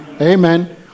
Amen